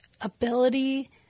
ability